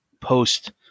post